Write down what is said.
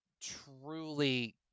truly